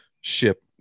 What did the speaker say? ship